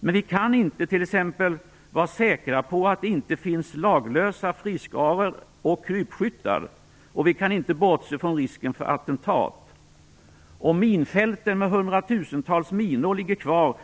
Men vi kan t.ex. inte vara säkra på att det inte finns laglösa friskaror och krypskyttar. Och vi kan inte bortse från risken för attentat. Och minfälten, med hundratusentals minor, ligger kvar.